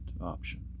option